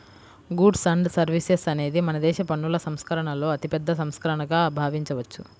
goods and services అనేది మనదేశ పన్నుల సంస్కరణలలో అతిపెద్ద సంస్కరణగా భావించవచ్చు